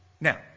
Now